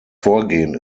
vorgehen